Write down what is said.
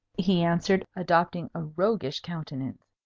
he answered, adopting a roguish countenance.